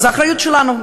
אז האחריות שלנו,